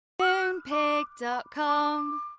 Moonpig.com